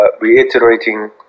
reiterating